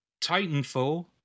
Titanfall